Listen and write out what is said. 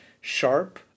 sharp